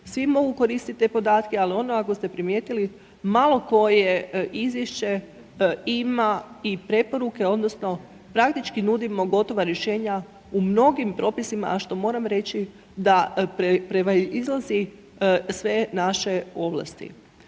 svi mogu koristiti te podatke, ali ono ako ste primijetili malo koje izvješće ima i preporuke odnosno praktički nudimo gotova rješenja u mnogim propisima, a što moram reći da prema izlazi sve naše ovlasti.